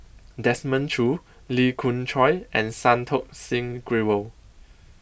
Desmond Choo Lee Khoon Choy and Santokh Singh Grewal